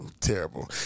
terrible